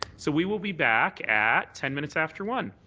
so we will be back at ten minutes after one